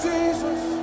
Jesus